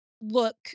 look